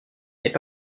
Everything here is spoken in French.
n’est